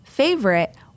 favorite